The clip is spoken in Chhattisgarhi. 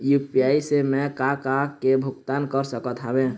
यू.पी.आई से मैं का का के भुगतान कर सकत हावे?